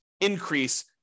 increase